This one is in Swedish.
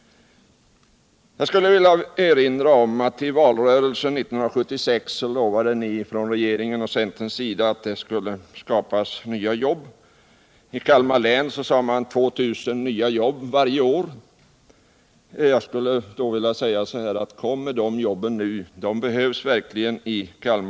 Jag skulle vilja erinra om att centern i valrörelsen 1976 lovade att det skulle skapas nya jobb. Man sade att i Kalmar län skulle det startas 2 000 nya jobb varje år. Kommer de jobben nu? De behövs verkligen.